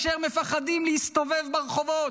יהודים מפחדים להסתובב ברחובות,